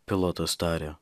pilotas tarė